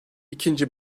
ikinci